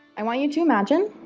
i want you to imagine